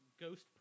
Ghost